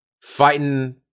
fighting